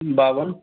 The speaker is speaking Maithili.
बावन